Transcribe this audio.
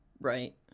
Right